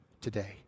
today